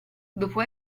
dopo